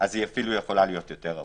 היא יכולה להיות יותר.